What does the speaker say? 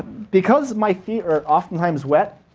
because my feet are oftentimes wet,